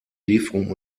lieferung